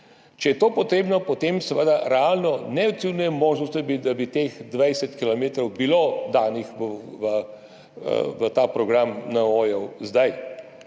Če je to potrebno, potem seveda realno ne ocenjujem možnosti, da bi teh 20 kilometrov bilo danih v program NOO zdaj.